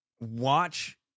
watch